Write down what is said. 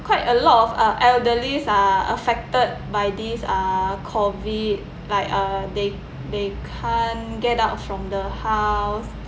quite a lot of uh elderlies are affected by these uh COVID like uh they they can't get out from the house